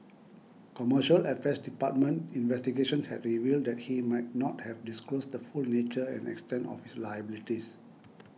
Commercial Affairs Department investigations had revealed that he might not have disclosed the full nature and extent of his liabilities